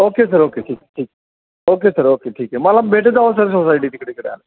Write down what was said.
okay sir okay ठीक ठीक okay sir okay ठीक आहे मला भेटत जावा सर सोसायटीत इकडे कधी आला